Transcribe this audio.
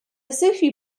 sushi